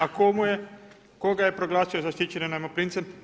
A tko ga je proglasio zaštićenim najmoprimcem?